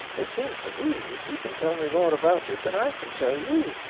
it seems to me that you can tell me more about it than i can tell you,